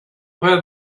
where